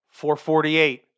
448